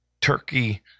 turkey